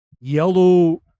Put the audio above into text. yellow